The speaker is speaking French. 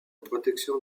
protection